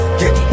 get